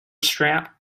strap